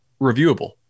reviewable